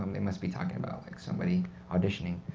um they must be talking about like somebody auditioning.